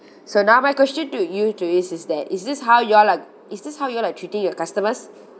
so now my question to you to you is that is this how you all are is this how you all are treating your customers